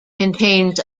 contains